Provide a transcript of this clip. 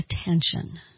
attention